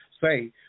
say